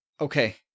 okay